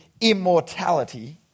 immortality